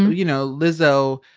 you know, lizzo,